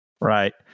Right